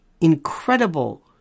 incredible